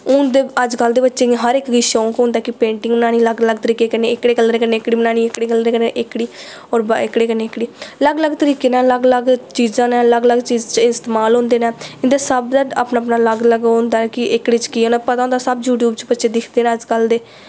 हून ते अज्जकल दे बच्चें गी हर इक गी शौंक होंदा कि पेंटिंग बनानी अलग अलग तरीके कन्नै एह्कड़े कलर कन्नै एह्कड़ी बनानी एह्कड़े कलर कन्नै एह्कड़ी होर एहकड़े कन्नै एह्कड़ी अलग अलग तरीके न अलग अलग चीजां न अलग अलग चीज च इस्तमाल होंदे न इं'दा सब दा अपना अपना अलग अलग ओह् होंदा कि एह्कड़े च केह् होना पता होंदा सब यूट्यूब उप्पर बच्चे दिखदे न अज्ज कल दे